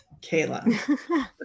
Kayla